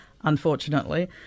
unfortunately